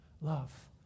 love